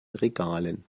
regalen